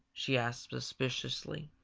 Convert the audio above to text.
she asked suspiciously.